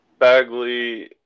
Bagley